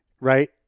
right